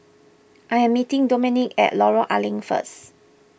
I am meeting Domenic at Lorong A Leng first